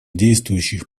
действующих